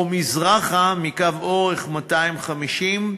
או מזרחה מקו אורך 250,